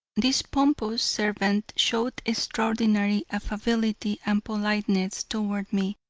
this pompous servant showed extraordinary affability and politeness toward me,